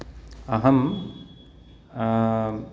अहं